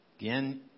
Again